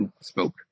spoke